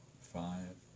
five